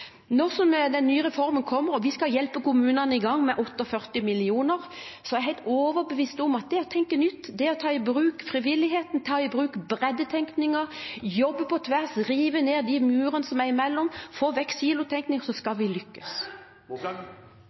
den nye reformen – og vi skal hjelpe kommunene i gang, med 48 mill. kr – er jeg helt overbevist om at ved å tenke nytt, ta i bruk frivilligheten, ta i bruk breddetenkningen, jobbe på tvers, rive ned de murene som er imellom, og få vekk silotenkningen, så skal vi lykkes.